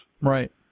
Right